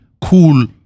cool